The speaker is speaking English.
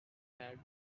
had